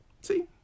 See